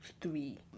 three